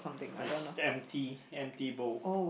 it's empty empty bowl